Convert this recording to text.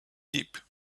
deep